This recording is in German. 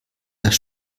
das